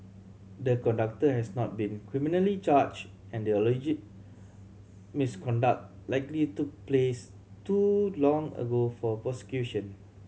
the conductor has not been criminally charged and the alleged misconduct likely took place too long ago for prosecution